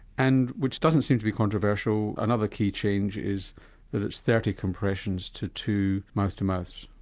and which doesn't seem to be controversial. another key change is that it's thirty compressions to two mouth-to-mouths.